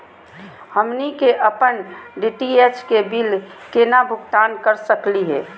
हमनी के अपन डी.टी.एच के बिल केना भुगतान कर सकली हे?